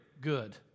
good